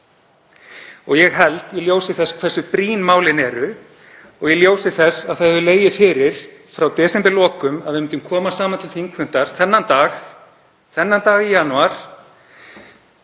Ég held í ljósi þess hversu brýn málin eru og í ljósi þess að það hefur legið fyrir frá desemberlokum að við myndum koma saman til þingfundar þennan dag í janúar